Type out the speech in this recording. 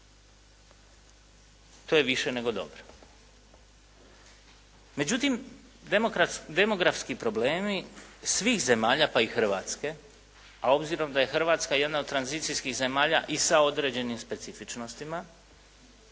To je više nego dobro. Međutim, demografski problemi svih zemalja pa i Hrvatske, a obzirom da je Hrvatska jedna od tranzicijskih zemalja i sa određenim specifičnostima,